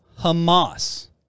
Hamas